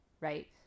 right